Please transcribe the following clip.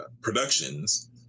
Productions